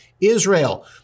Israel